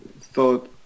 thought